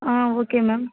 ah okay ma'am